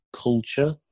culture